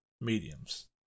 mediums